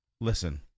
Listen